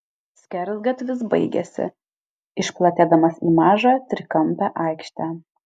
skersgatvis baigėsi išplatėdamas į mažą trikampę aikštę